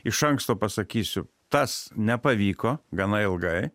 iš anksto pasakysiu tas nepavyko gana ilgai